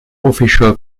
official